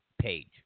page